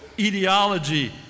ideology